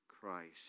Christ